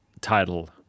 title